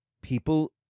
people